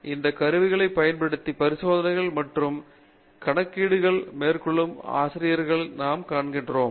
எனவே இந்த கருவிகளைப் பயன்படுத்தி பரிசோதனைகள் மற்றும் கணக்கீடுகளை மேற்கொள்ளும் ஆசிரியர்களை நாம் கொண்டுள்ளோம்